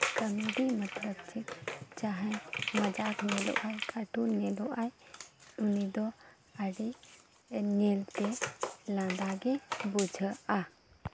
comedy ᱢᱚᱛᱞᱚᱵ ᱪᱮᱫ ᱡᱟᱦᱟᱸᱭ ᱢᱚᱡᱟᱠ ᱧᱮᱞᱚᱜ ᱟᱭ ᱠᱟᱨᱴᱩᱱ ᱧᱮᱞᱚᱜ ᱟᱭ ᱩᱱᱤ ᱫᱚ ᱟᱹᱰᱤ ᱧᱮᱞᱛᱮ ᱞᱟᱸᱫᱟ ᱜᱮ ᱵᱩᱡᱷᱟᱹᱜᱼᱟ